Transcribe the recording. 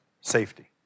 safety